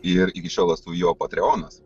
ir iki šiol esu jo patrionas